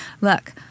look